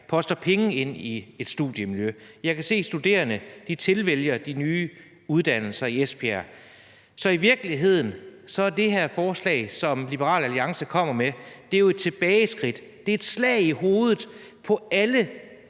poster penge ind i et studiemiljø, og jeg kan se, at studerende tilvælger de nye uddannelser i Esbjerg. Så i virkeligheden er det her forslag, som Liberal Alliance kommer med, jo et tilbageskridt; det er et slag i hovedet på alle